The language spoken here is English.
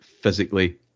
physically